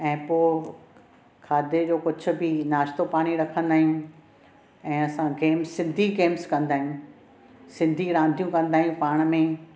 ऐं पोइ खाधे जो कुझु बि नाश्तो पाणी रखिंदा आहियूं ऐं असां गेम्स सिंधी गेंम्स कंदा आहियूं सिंधी रांदियूं कंदा आहियूं पाण में